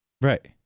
Right